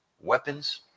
weapons